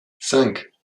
cinq